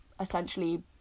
essentially